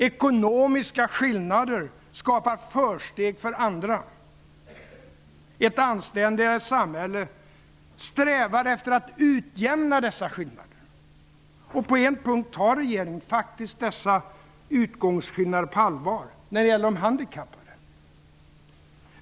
Ekonomiska skillnader skapar försteg för andra. Ett anständigare samhälle strävar efter att utjämna dessa skillnader. På en punkt tar regeringen dessa utgångsskillnader på allvar, och det är när det gäller de handikappade.